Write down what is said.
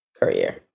career